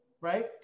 right